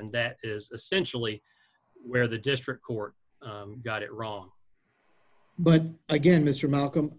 and that is essentially where the district court got it wrong but again mr malcolm